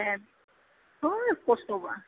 ए ओ खस्थ'बा